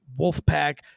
wolfpack